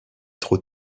trop